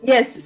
Yes